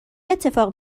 اتفاق